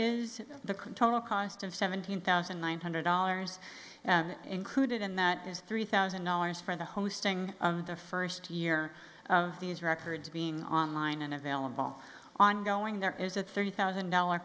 is the can total cost of seventeen thousand nine hundred dollars included in that is three thousand dollars for the hosting the first year of these records being online and available ongoing there is a thirty thousand dollar